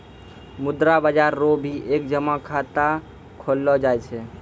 मुद्रा बाजार रो भी एक जमा खाता खोललो जाय छै